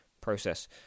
process